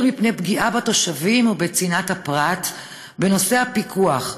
מפני פגיעה בתושבים ובצנעת הפרט בנושא הפיקוח,